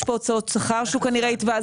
יש פה הוצאות שכר שהוא כנראה יתבע.